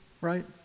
right